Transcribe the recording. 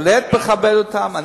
מטעמי חוק-יסוד: כבוד האדם וחירותו.